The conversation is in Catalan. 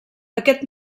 aquest